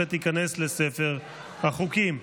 ותיכנס לספר החוקים.